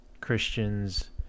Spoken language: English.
Christians